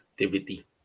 activity